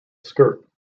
skirt